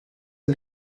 del